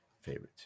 favorites